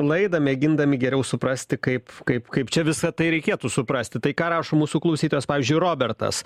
laidą mėgindami geriau suprasti kaip kaip kaip čia visa tai reikėtų suprasti tai ką rašo mūsų klausytojas pavyzdžiui robertas